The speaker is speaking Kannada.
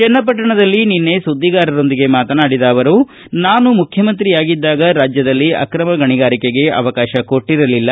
ಚನ್ನಪಟ್ಟಣದಲ್ಲಿ ನಿನ್ನೆ ಸುದ್ದಿಗಾರರೊಂದಿಗೆ ಮಾತನಾಡಿದ ಅವರು ನಾನು ಮುಖ್ಯಮಂತ್ರಿ ಆಗಿದ್ದಾಗ ರಾಜ್ಯದಲ್ಲಿ ಆಕ್ರಮ ಗಣಿಗಾರಿಕೆಗೆ ಅವಕಾಶ ಕೊಟ್ಟರಲಿಲ್ಲ